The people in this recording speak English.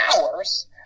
hours